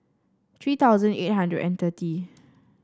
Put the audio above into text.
three thousand eight hundred and thirty